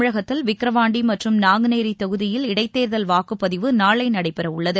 தமிழகத்தில் விக்கிரவாண்டி மற்றும் நாங்குநேரி தொகுதியில் இடைத் தேர்தல் வாக்குப்பதிவு நாளை நடைபெற உள்ளது